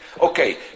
okay